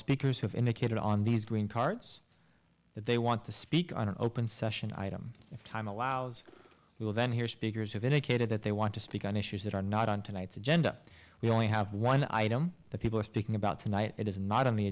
speakers have indicated on these green cards that they want to speak on an open session item if time allows we will then hear speakers have indicated that they want to speak on issues that are not on tonight's agenda we only have one item that people are speaking about tonight it is not on the